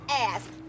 ass